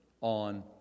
on